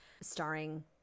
starring